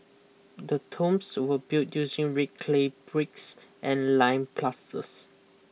the tombs were built using red clay bricks and lime plasters